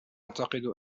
أعتقد